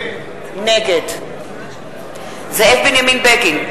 נגד זאב בנימין בגין,